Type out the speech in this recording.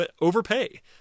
Overpay